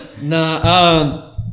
No